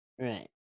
Right